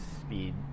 speed